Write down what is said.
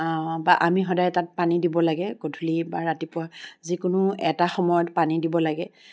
বা আমি সদায় তাত পানী দিব লাগে গধূলি বা ৰাতিপুৱা যিকোনো এটা সময়ত পানী দিব লাগে